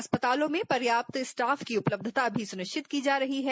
अस्पतालों में पर्याप्त स्टाफ की उपलब्धता भी सुनिश्चित की जा रही है